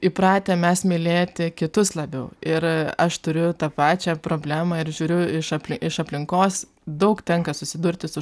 įpratę mes mylėti kitus labiau ir aš turiu tą pačią problemą ir žiūriu iš apli iš aplinkos daug tenka susidurti su